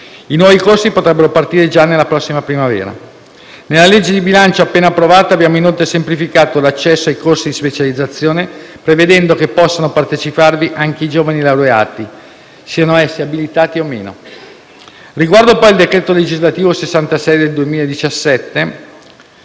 i nuovi corsi potrebbero partire già nella prossima primavera; nella legge di bilancio appena approvata abbiamo inoltre semplificato l'accesso ai corsi di specializzazione, prevedendo che possano parteciparvi anche i giovani laureati, siano essi abilitati o meno. Riguardo, poi, al decreto legislativo n. 66 del 2017